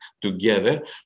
together